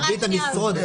מרבית המשרות,